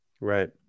Right